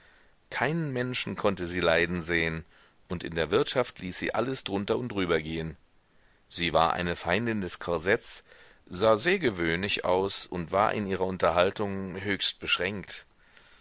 keinen menschen konnte sie leiden sehen und in der wirtschaft ließ sie alles drunter und drüber gehn sie war eine feindin des korsetts sah sehr gewöhnlich aus und war in ihrer unterhaltung höchst beschränkt